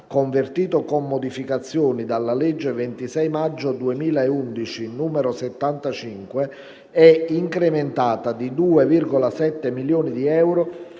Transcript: convertito, con modificazioni, dalla legge 26 maggio 2011, n. 75, è incrementata di 2,7 milioni di euro